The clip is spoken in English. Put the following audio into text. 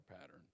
pattern